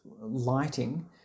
lighting